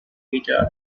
meta